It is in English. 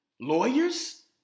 lawyers